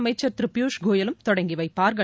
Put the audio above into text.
அமைச்சா் திரு பியூஷ் கோயலும் தொடங்கி வைப்பாா்கள்